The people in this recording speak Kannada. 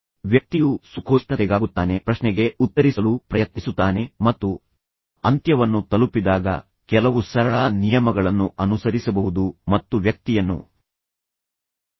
ಆದ್ದರಿಂದ ವ್ಯಕ್ತಿಯು ಸುಖೋಷ್ಣತೆಗಾಗುತ್ತಾನೆ ಮತ್ತು ನಂತರ ನಿಮ್ಮ ಪ್ರಶ್ನೆಗೆ ಉತ್ತರಿಸಲು ಪ್ರಯತ್ನಿಸುತ್ತಾನೆ ಮತ್ತು ನಂತರ ನೀವು ಅಂತ್ಯವನ್ನು ತಲುಪಿದಾಗ ಸೂಕ್ತವಾಗಿ ಅಂತ್ಯಗೊಳ್ಳುವಾಗ ಮತ್ತೆ ನೀವು ಕೆಲವು ಸರಳ ನಿಯಮಗಳನ್ನು ಅನುಸರಿಸಬಹುದು ಮತ್ತು ವ್ಯಕ್ತಿಯನ್ನು ಪ್ರಶಂಸಿಸಬಹುದು